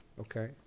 okay